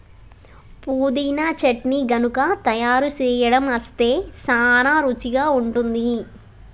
పుదీనా చట్నీ గనుక తయారు సేయడం అస్తే సానా రుచిగా ఉంటుంది